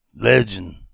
Legend